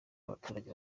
abaturage